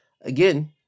again